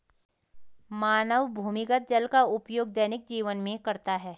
मानव भूमिगत जल का उपयोग दैनिक जीवन में करता है